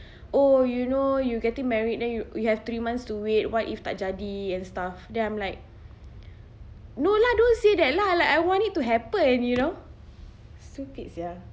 oh you know you getting married then you you have three months to wait what if tak jadi and stuff then I'm like no lah don't say that lah like I want it to happen you know stupid sia